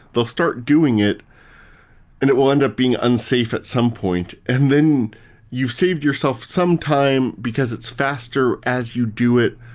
they'll start doing it and it will end up being unsafe at some point, and then you've saved yourself some time because it's faster faster as you do it.